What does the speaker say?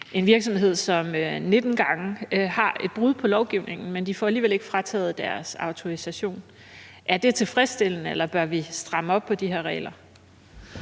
en virksomhed, hvor der 19 gange er brud på lovgivningen, men de får alligevel ikke frataget deres autorisation. Er det tilfredsstillende, eller bør vi stramme op på de her regler?